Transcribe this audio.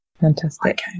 Fantastic